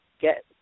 get